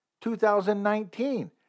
2019